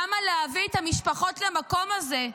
למה להביא את המשפחות למקום הזה?